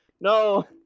no